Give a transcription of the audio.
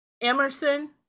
Emerson